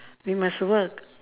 we must work